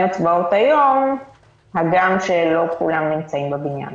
הצבעות היום הגם שלא כולם נמצאים בבניין